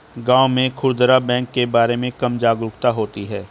गांव में खूदरा बैंक के बारे में कम जागरूकता होती है